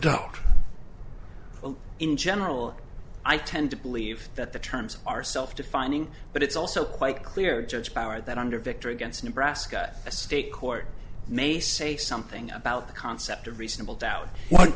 doubt in general i tend to believe that the terms are self defining but it's also quite clear to its power that under victory against nebraska a state court may say something about the concept of reasonable doubt